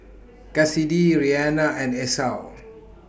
Kassidy Reanna and Esau